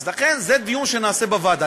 אז לכן, זה דיון שנעשה בוועדה.